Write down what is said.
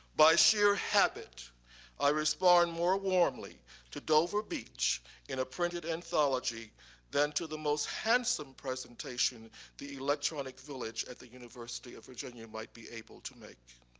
by sheer habit i respond more warmly to dover beach in a printed anthology than to the most handsome presentation the electronic village at the university of virginia might be able to make.